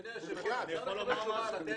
אדוני היושב ראש, בקשר לאתנה --- תיכף.